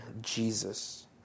Jesus